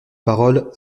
paroles